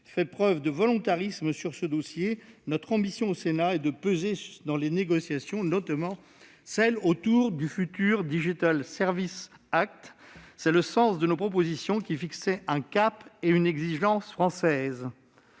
fait preuve de volontarisme sur le dossier. Notre ambition au Sénat est de peser dans les négociations, notamment celles qui auront lieu autour du futur. C'était le sens de nos propositions, qui fixaient un cap et une exigence française.